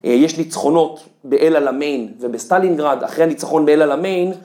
יש ניצחונות באל-אל-אמיין ובסטלינגרד אחרי הניצחון באל-אל-אמיין.